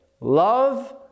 love